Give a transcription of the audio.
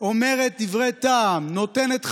אומרת דברי טעם, נותנת חזון,